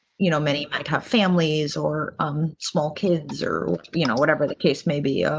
you know, many might have families or um small kids or you know whatever the case may be. ah